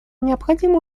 необходимо